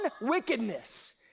wickedness